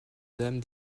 dame